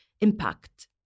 impact